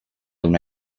una